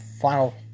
final